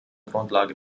grundlage